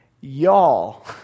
y'all